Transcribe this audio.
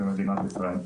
במדינת ישראל.